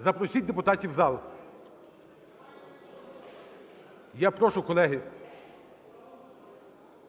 запросіть депутатів у зал. Я прошу, колеги…